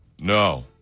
No